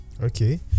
okay